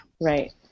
Right